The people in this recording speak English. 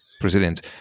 Brazilians